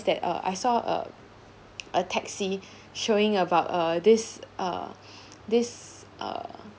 that uh I saw uh a taxi showing about uh this uh this uh